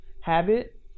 habit